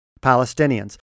Palestinians